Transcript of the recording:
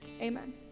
amen